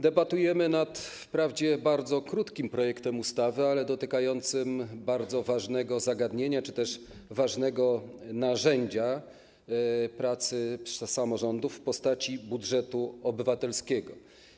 Debatujemy wprawdzie nad bardzo krótkim projektem ustawy, ale dotykającym bardzo ważnego zagadnienia czy też ważnego narzędzia pracy samorządów w postaci budżetu obywatelskiego.